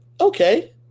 okay